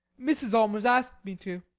mrs. allmers asked me to.